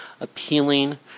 appealing